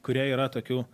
kurie yra tokių